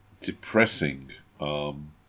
depressing